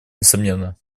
несомненно